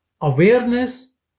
Awareness